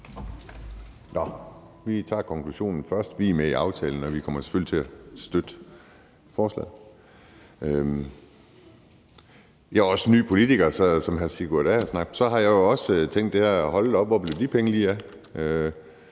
Vi tager konklusionen først: Vi er med i aftalen, og vi kommer selvfølgelig til at støtte forslaget. Jeg er også ny politiker, så som hr. Sigurd Agersnap har jeg jo også tænkt det her med, at hold da op, hvor blev de penge lige af?